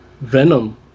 Venom